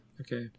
Okay